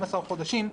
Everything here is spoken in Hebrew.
כ-12 חודשים,